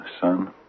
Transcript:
son